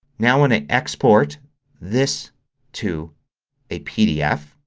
now when i export this to a pdf,